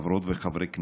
חברות וחברי כנסת,